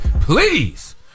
please